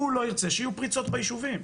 הוא לא ירצה שיהיו פריצות ביישובים,